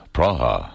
Praha